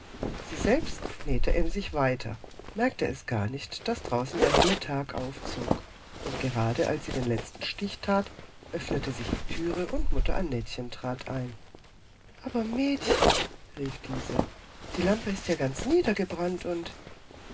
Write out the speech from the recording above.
sie selbst nähte emsig weiter merkte es gar nicht daß draußen der helle tag heraufzog und gerade als sie den letzten stich tat öffnete sich die türe und mutter annettchen trat ein aber mädchen rief diese die lampe ist ja ganz niedergebrannt und